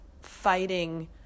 fighting